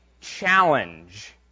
challenge